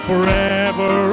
Forever